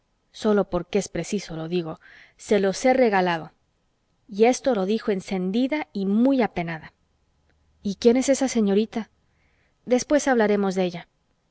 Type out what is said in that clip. de pobre es porque yo sólo porque es preciso lo digo se los he regalado y esto lo dijo encendida y muy apenada y quién es esa señorita después hablaremos de ella